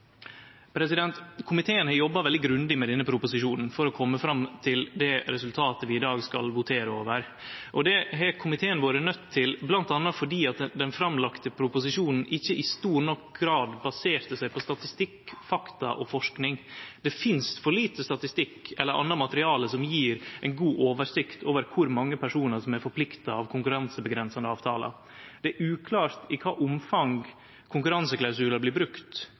gjeldande. Komiteen har jobba veldig grundig med denne proposisjonen for å kome fram til det resultatet vi i dag skal votere over, og det har komiteen vore nøydd til, bl.a. fordi den framlagde proposisjonen ikkje i stor nok grad baserte seg på statistikk, fakta og forsking. Det finst for lite statistikk eller anna materiale som gjev ei god oversikt over kor mange personar som er forplikta av konkurranseavgrensande avtalar. Det er uklart i kva omfang konkurranseklausular blir